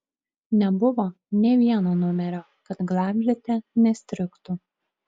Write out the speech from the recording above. nebuvo nė vieno numerio kad glavlite nestrigtų